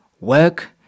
work